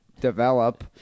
develop